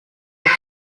sich